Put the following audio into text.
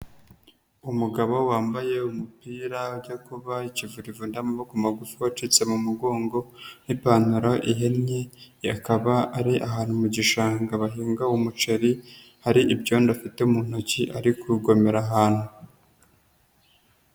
Umugabo wambaye umupira ujya kuba ikivurivundi w'amaboko magufi wacitse mu mugongo n'ipantaro ihinnye akaba ari ahantu mu gishanga bahinga umuceri, hari ibyondo afite mu ntoki ari kugomera ahantu.